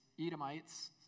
Edomites